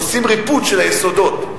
עושים ריפוד של היסודות,